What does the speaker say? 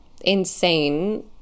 insane